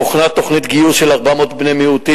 הוכנה תוכנית גיוס של 400 בני-מיעוטים,